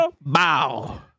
Bow